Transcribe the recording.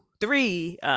three